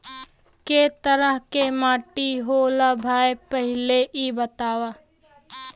कै तरह के माटी होला भाय पहिले इ बतावा?